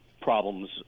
problems